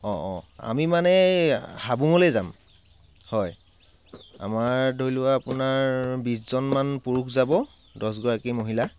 অঁ অঁ আমি মানে হাবুঙলৈ যাম হয় আমাৰ ধৰি লোৱা আপোনাৰ বিছজনমান পুৰুষ যাব দহগৰাকী মহিলা